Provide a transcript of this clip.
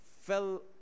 fell